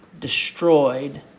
destroyed